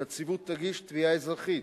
הנציבות תגיש תביעה אזרחית